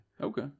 Okay